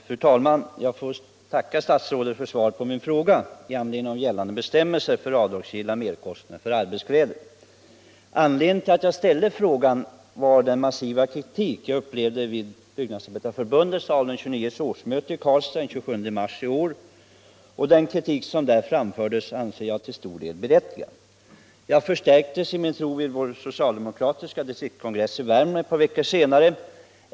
Fru talman! Jag får tacka statsrådet för svaret på min fråga i anledning av gällande bestämmelser för avdragsgilla merkostnader för arbetskläder. Anledningen till att jag ställde frågan var den massiva kritik jag upplevde vid årsmötet med Byggnadsarbetareförbundets avdelning 29 i Karlstad den 27 mars i år. Den kritik som där framfördes anser jag till stor del vara berättigad. Jag förstärktes i min tro vid vår socialdemokratiska distriktskongress i Värmland ett par veckor senare.